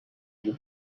you